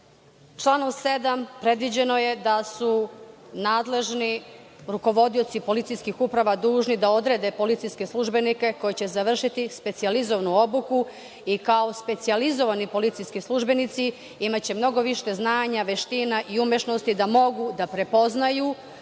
članu 7. predviđeno je da su nadležni rukovodioci policijskih uprava dužni da odrede policijske službenike koji će završiti specijalizovanu obuku i kao specijalizovani policijski službenici imaće mnogo više znanja, veština i umešnosti da mogu da prepoznaju